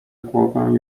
głowę